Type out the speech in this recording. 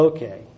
Okay